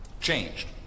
Changed